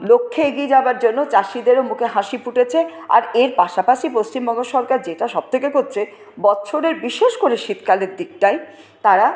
লক্ষ্যে এগিয়ে যাবার জন্য চাষিদেরও মুখে হাসি ফুটেছে আর এর পাশাপাশি পশ্চিমবঙ্গ সরকার যেটা সবথেকে করছে বছরের বিশেষ করে শীতকালের দিকটায় তারা